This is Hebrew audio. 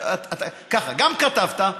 ככה: גם כתבת,